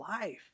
life